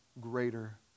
greater